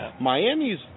Miami's